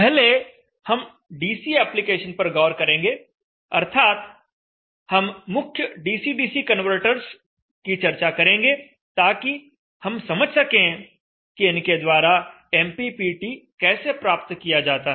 पहले हम DC applications पर गौर करेंगे अर्थात हम मुख्य डीसी डीसी कन्वर्टर्स की चर्चा करेंगे ताकि हम समझ सकें कि इनके द्वारा एमपीपीटी कैसे प्राप्त किया जाता है